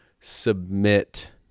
submit